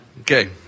Okay